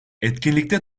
etkinlikte